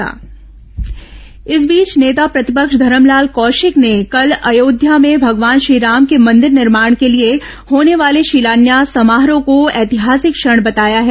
राम मंदिर नेता प्रतिपक्ष इस बीच नेता प्रतिपक्ष धरमलाल कौशिक ने कल अयोध्या में भगवान श्री राम के मंदिर निर्माण के लिए होने वाले शिलान्यास समारोह को ऐतिहासिक क्षण बताया है